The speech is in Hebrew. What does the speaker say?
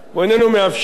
הוא איננו מאפשר,